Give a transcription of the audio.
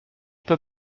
peux